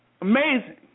Amazing